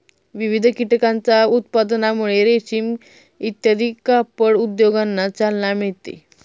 विविध कीटकांच्या उत्पादनामुळे रेशीम इत्यादी कापड उद्योगांना चालना मिळते